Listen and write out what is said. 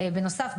בנוסף,